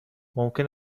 ممکن